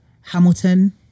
hamilton